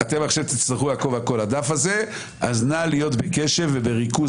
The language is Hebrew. תצטרכו לעקוב אחרי הדף הזה אז נא להיות בקשב וריכוז